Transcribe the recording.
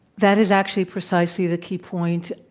that is actually precisely the key point.